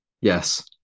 Yes